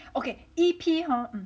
okay E_P hor